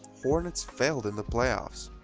hornets failed in the playoffs.